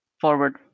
forward